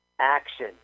action